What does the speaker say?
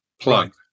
plug